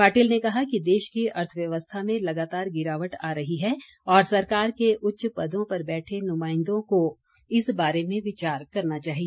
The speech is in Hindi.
पाटिल ने कहा कि देश की अर्थव्यवस्था में लगातार गिरावट आ रही है और सरकार के उच्च पदों पर बैठे नुमाईदो को इस बारे में विचार करना चाहिए